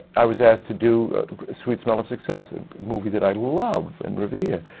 i was asked to do sweet smell of success, a movie that i love and revere!